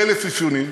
1,000 אפיונים,